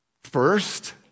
First